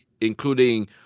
including